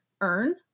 earn